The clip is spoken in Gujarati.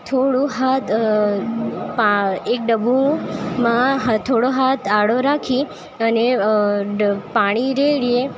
થોળૂ હાથ એક ડબોમાં થોડો હાથ આડો રાખી અને પાણી રેડીએ